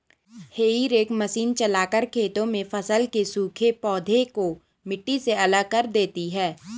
हेई rake machine चलाकर खेतों में फसल के सूखे पौधे को मिट्टी से अलग कर देते हैं